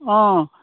অঁ